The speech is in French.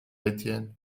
étienne